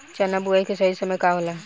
चना बुआई के सही समय का होला?